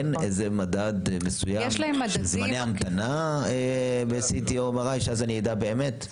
אין איזה מדד מסוים של זמני המתנה ב-CT או ב-MRI שאז אני אדע באמת?